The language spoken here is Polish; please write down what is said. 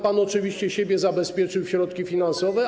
Pan oczywiście sobie zabezpieczył środki finansowe.